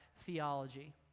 theology